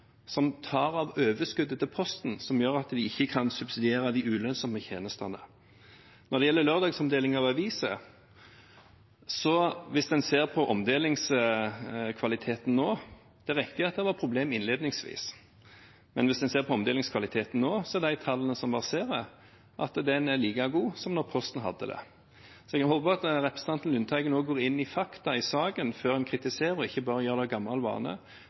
riktig at det var problemer innledningsvis, men hvis en ser på omdelingskvaliteten nå, viser de tallene som verserer, at den er like god som da Posten hadde det. Så jeg håper at representanten Lundteigen også går inn i fakta i saken før han kritiserer, og ikke bare gjør det av gammel vane.